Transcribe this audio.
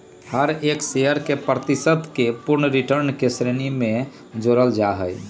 हर एक शेयर के प्रतिशत के पूर्ण रिटर्न के श्रेणी में जोडल जाहई